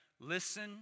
Listen